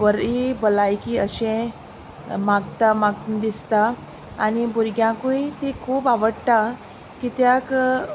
बरी भलायकी अशें मागता म्हाका दिसता आनी भुरग्यांकूय ती खूब आवडटा कित्याक